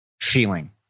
feeling